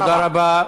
תודה רבה.